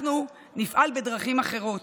אנחנו נפעל בדרכים אחרות.